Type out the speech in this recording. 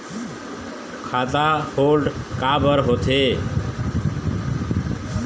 खाता होल्ड काबर होथे?